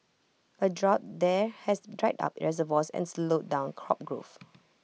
A drought there has dried up reservoirs and slowed down crop growth